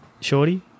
shorty